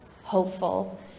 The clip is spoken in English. hopeful